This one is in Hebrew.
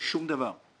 שום דבר.